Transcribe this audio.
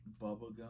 bubblegum